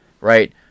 Right